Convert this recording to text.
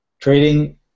trading